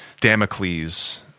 Damocles